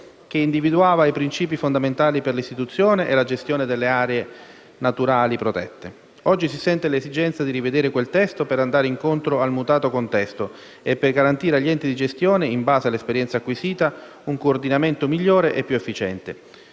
che individuava i principi fondamentali per l'istituzione e la gestione delle aree naturali protette. Oggi si sente l'esigenza di rivedere quel testo per andare incontro al mutato contesto e per garantire agli enti di gestione, in base all'esperienza acquisita, un coordinamento migliore e più efficiente.